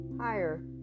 higher